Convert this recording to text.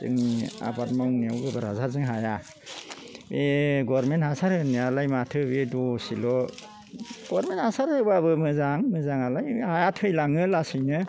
जोंनि आबाद मावनायाव गोबोर हासारजों हाया बे गभर्नमेन्ट हासार होनायालाय माथो बे दसेल' गभर्नमेन्ट हासार होब्लाबो मोजां मोजाङालाय थैलाङो लासैनो